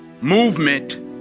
movement